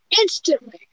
Instantly